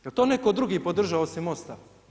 Jel to netko drugi podržao osim Mosta?